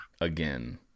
Again